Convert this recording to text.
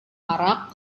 arak